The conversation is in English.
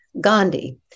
Gandhi